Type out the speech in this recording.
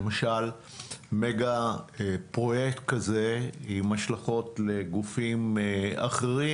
למשל מגה פרויקט כזה עם השלכות לגופים אחרים.